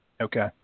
Okay